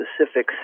specific